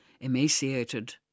emaciated